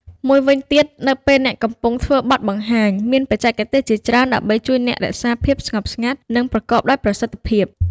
មួយវិញទៀត នៅពេលអ្នកកំពុងធ្វើបទបង្ហាញ មានបច្ចេកទេសជាច្រើនដើម្បីជួយអ្នករក្សាភាពស្ងប់ស្ងាត់ និងប្រកបដោយប្រសិទ្ធភាព។